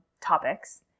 topics